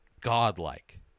godlike